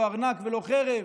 לא ארנק ולא חרב.